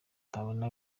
tubona